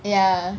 ya